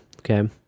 okay